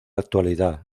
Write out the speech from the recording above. actualidad